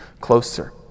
closer